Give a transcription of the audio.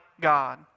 God